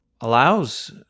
allows